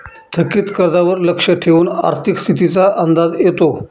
थकीत कर्जावर लक्ष ठेवून आर्थिक स्थितीचा अंदाज येतो